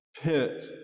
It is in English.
pit